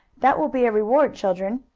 that will be a reward, children.